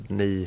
ni